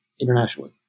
internationally